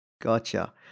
Gotcha